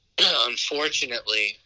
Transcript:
unfortunately